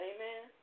Amen